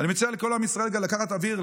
אני מציע לכל עם ישראל רגע לקחת אוויר,